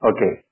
Okay